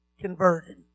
converted